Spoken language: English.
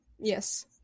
yes